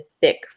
thick